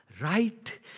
Right